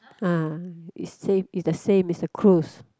ah he say is the same is the cruise